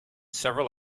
several